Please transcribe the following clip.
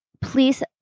please